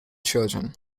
children